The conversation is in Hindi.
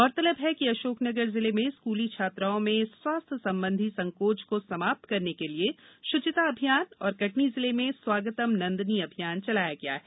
गौरतलब है कि अशोक नगर जिले में स्कूली छात्राओं में स्वास्थ्य संबंधी संकोच को समाप्त करने के लिये शूचिता अभियान और कटनी जिले में स्वागतम नंदिनी अभियान चलाया गया है